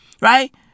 Right